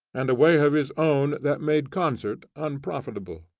and a way of his own that made concert unprofitable.